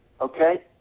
Okay